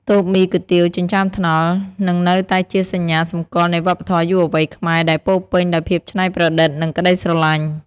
តូបមីគុយទាវចិញ្ចើមថ្នល់ នឹងនៅតែជាសញ្ញាសម្គាល់នៃវប្បធម៌យុវវ័យខ្មែរដែលពោរពេញដោយភាពច្នៃប្រឌិត និងក្តីស្រឡាញ់។